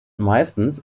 meistens